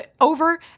Over